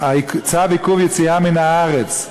צו עיכוב יציאה מן הארץ,